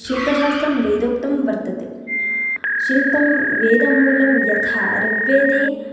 शिल्पशास्त्रं वेदोक्तं वर्तते शिल्पं वेदमूलं यथा ऋग्वेदे